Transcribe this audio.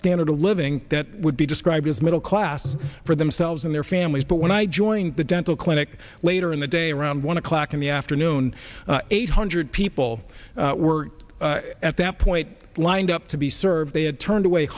standard of living that would be described as middle class for themselves and their families but when i joined the dental clinic later in the day around one o'clock in the afternoon eight hundred people were at that point lined up to be served they had turned away